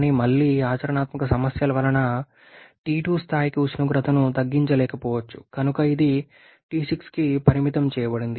కానీ మళ్లీ ఆచరణాత్మక సమస్యల వలన T2 స్థాయికి ఉష్ణోగ్రతను తగ్గించలేకపోవచ్చు కనుక ఇది T6కి పరిమితం చేయబడింది